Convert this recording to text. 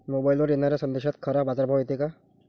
मोबाईलवर येनाऱ्या संदेशात खरा बाजारभाव येते का?